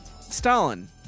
Stalin